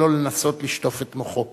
ולא לנסות לשטוף את מוחו.